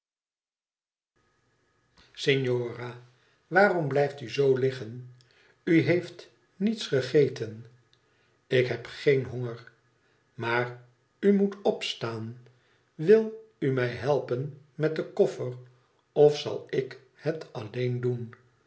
signora waarom biijtt u zoo liggen f u nccrt mets gegeten ik heb geen honger maaru moet opstaan wil u mij helpen zal ik het alleen doen